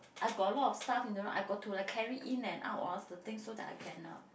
I got a lot of stuff in the room I got to like carry in and out ah the things so that I can uh